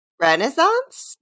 Renaissance